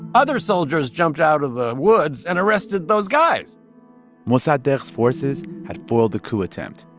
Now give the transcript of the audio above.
other soldiers jumped out of the woods and arrested those guys mossadegh's forces had foiled the coup attempt.